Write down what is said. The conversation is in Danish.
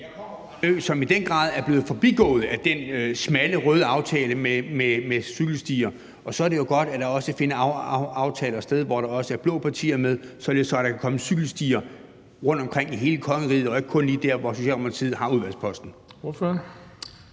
som i den grad er blevet forbigået med den smalle røde aftale om cykelstier. Og så er det jo godt, at der også indgås aftaler, hvor der også er blå partier med, således at der kan komme cykelstier rundtomkring i hele kongeriget og ikke kun lige der, hvor Socialdemokratiets udvalgsmedlemmer